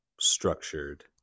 structured